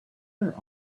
their